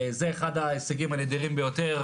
זה אחד ההישגים הנדירים ביותר,